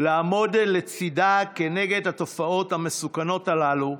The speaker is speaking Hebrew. לעמוד לצידה כנגד התופעות המסוכנות הללו,